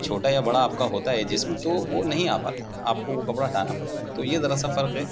چھوٹا یا بڑا آپ کا ہوتا ہے جسم تو وہ نہیں آ پاتا آپ کو وہ کپڑا ہٹانا پڑتا ہے تو یہ ذرا سا فرق ہے